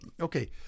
Okay